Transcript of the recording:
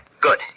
Good